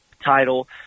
title